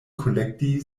kolekti